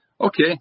Okay